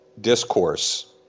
discourse